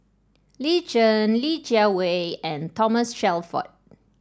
Lin Chen Li Jiawei and Thomas Shelford